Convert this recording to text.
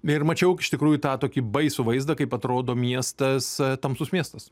ir mačiau iš tikrųjų tą tokį baisų vaizdą kaip atrodo miestas tamsus miestas